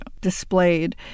displayed